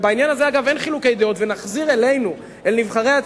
ודרך אגב,